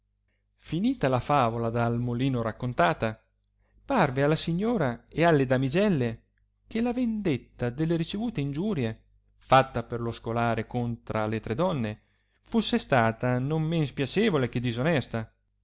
finita la favola dal molino raccontata parve alla signora e alle damigelle che la vendetta delle ricevute ingiurie fatta per lo scolare contra delle tre donne fusse stata non men spiacevole che disonesta